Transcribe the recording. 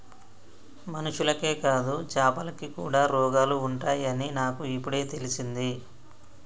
మనుషులకే కాదు చాపలకి కూడా రోగాలు ఉంటాయి అని నాకు ఇపుడే తెలిసింది